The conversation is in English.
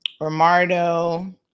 Romardo